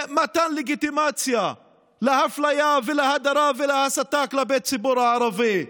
ומתן לגיטימציה לאפליה ולהדרה ולהסתה כלפי הציבור הערבי.